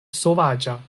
sovaĝa